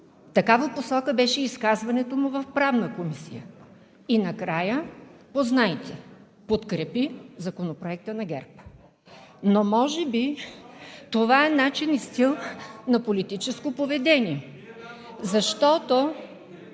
такава посока беше изказването му в Правна комисия. И накрая познайте –подкрепи Законопроекта на ГЕРБ! (Реплики от ОП.) Но може би това е начин и стил на политическо поведение, защото